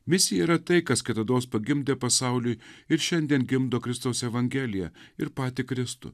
misija yra tai kas kitados pagimdė pasauliui ir šiandien gimdo kristaus evangeliją ir patį kristų